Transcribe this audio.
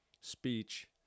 speech